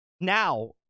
now